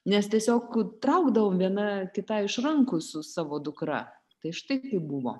nes tiesiog traukdavom viena kitai iš rankų su savo dukra tai štai kaip buvo